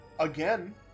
Again